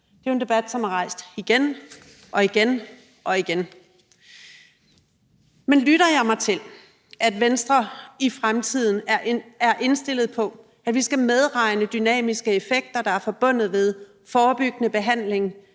det er jo en debat, som er rejst igen og igen og igen. Men lytter jeg mig til, at Venstre i fremtiden er indstillet på, at vi skal medregne dynamiske effekter, der er forbundet med forebyggende behandling,